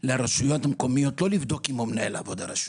לרשויות המקומיות לא לבדוק אם מנהל העבודה רשום.